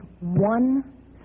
one